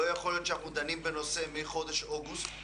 לא יכול להיות שאנחנו דנים בנושא מחודש אוגוסט,